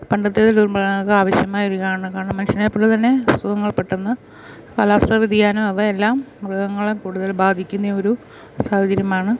പണ്ടത്തെ ഒരു മൃഗങ്ങൾക്ക് ആവശ്യമായ ഒരിതാണ് കാരണം മനുഷ്യനെ പോലെ തന്നെ അസുഖങ്ങൾ പെട്ടെന്ന് കാലാവസ്ഥ വ്യതിയാനം അവയെല്ലാം മൃഗങ്ങളെ കൂടുതൽ ബാധിക്കുന്ന ഒരു സാഹചര്യമാണ്